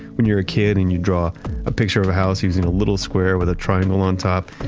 when you are a kid and you draw a picture of a house using a little square with a triangle on top,